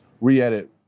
re-edit